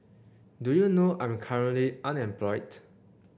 do you know I'm currently unemployed